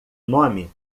nome